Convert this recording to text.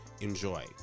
enjoy